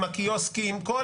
מה